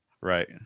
Right